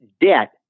debt